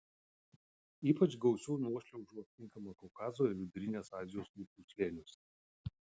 ypač gausių nuošliaužų aptinkama kaukazo ir vidurinės azijos upių slėniuose